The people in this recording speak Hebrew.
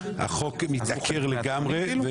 החוק מתעקר לגמרי,